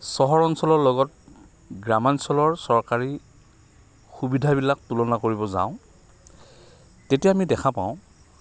চহৰ অঞ্চলৰ লগত গ্ৰামাঞ্চলৰ চৰকাৰী সুবিধাবিলাক তুলনা কৰিব যাওঁ তেতিয়া আমি দেখা পাওঁ